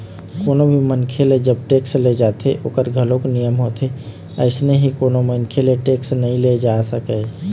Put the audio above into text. कोनो भी मनखे ले जब टेक्स ले जाथे ओखर घलोक नियम होथे अइसने ही कोनो मनखे ले टेक्स नइ ले जाय जा सकय